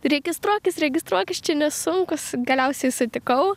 registruokis registruokis čia nesunkus galiausiai sutikau